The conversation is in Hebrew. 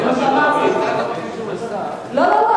להצעת החוק אין, לא.